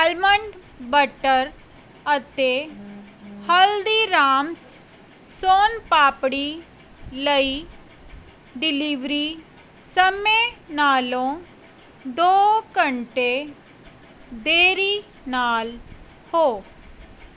almond butter ਅਤੇ ਹਲਦੀਰਾਮਸ ਸੋਨ ਪਾਪੜੀ ਲਈ delivery ਸਮੇਂ ਨਾਲੋਂ ਦੋ ਘੰਟੇ ਦੇਰੀ ਨਾਲ ਹੋ